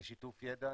לשיתוף ידע,